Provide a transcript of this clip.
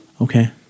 Okay